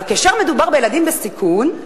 אבל כאשר מדובר בילדים בסיכון,